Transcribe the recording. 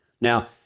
Now